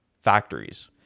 factories